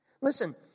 Listen